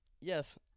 yes